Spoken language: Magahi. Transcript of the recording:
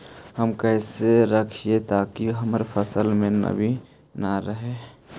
हम कैसे रखिये ताकी हमर फ़सल में नमी न रहै?